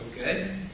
Okay